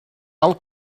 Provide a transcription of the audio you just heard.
alt